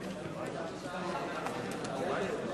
חוק איסור הונאה בכשרות (תיקון, כשרות מזון בלבד),